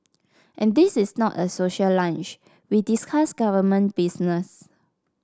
and this is not a social lunch we discuss government business